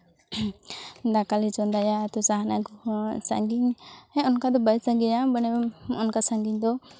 ᱫᱟᱠᱟ ᱞᱮ ᱪᱚᱸᱫᱟᱭᱟ ᱛᱚ ᱥᱟᱦᱟᱱ ᱟᱹᱜᱩ ᱦᱚᱸ ᱥᱟᱺᱜᱤᱧ ᱦᱮᱸ ᱚᱱᱠᱟ ᱫᱚ ᱵᱟᱝ ᱥᱟᱺᱜᱤᱧᱟ ᱢᱟᱱᱮ ᱚᱱᱠᱟ ᱥᱟᱺᱜᱤᱧ ᱫᱚ